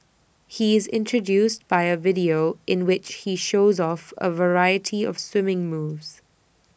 he is introduced by A video in which he shows off A variety of swimming moves